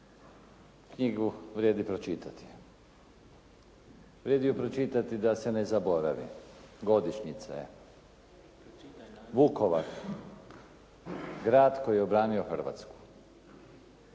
knjigu vrijedi pročitati. Vrijedi ju pročitati da se ne zaboravi. Godišnjica je. Vukovar, grad koji je obranio Hrvatsku.